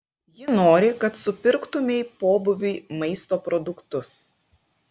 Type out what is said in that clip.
ji nori kad supirktumei pobūviui maisto produktus